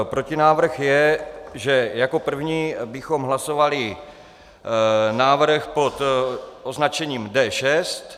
Protinávrh je, že jako první bychom hlasovali návrh pod označením D6.